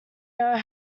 know